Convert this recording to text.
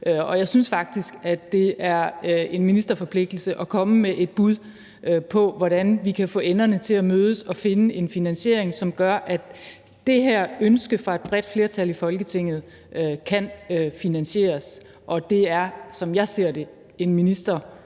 Og jeg synes faktisk, at det er en ministerforpligtelse at komme med et bud på, hvordan vi kan få enderne til at mødes og finde en finansiering, som gør, at det her ønske fra et bredt flertal i Folketinget kan finansieres. Det er, som jeg ser det, en ministers forpligtelse,